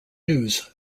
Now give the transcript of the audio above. news